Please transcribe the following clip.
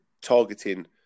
targeting